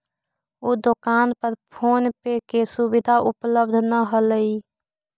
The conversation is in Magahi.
उ दोकान पर फोन पे के सुविधा उपलब्ध न हलई